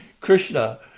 Krishna